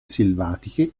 selvatiche